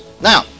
Now